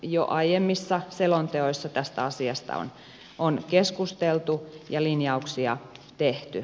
jo aiemmissa selonteoissa tästä asiasta on keskusteltu ja linjauksia tehty